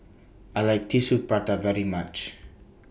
I like Tissue Prata very much